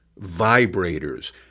vibrators